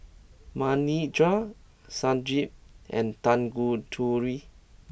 Manindra Sanjeev and Tanguturi